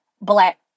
Black